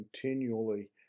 continually